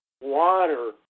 water